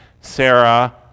Sarah